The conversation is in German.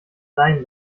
sein